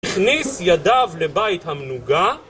הכניס ידיו לבית המנוגה